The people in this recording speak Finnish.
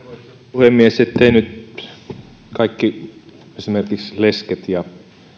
puhemies etteivät nyt esimerkiksi kaikki lesket ja